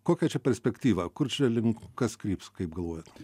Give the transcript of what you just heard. kokia čia perspektyva kur čia link kas kryps kaip galvojat